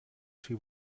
she